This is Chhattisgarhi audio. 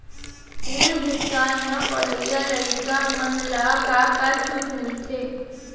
ऋण भुगतान म पढ़इया लइका मन ला का का छूट मिलथे?